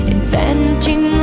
Inventing